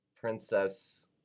Princess